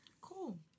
Cool